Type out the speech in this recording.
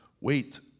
Wait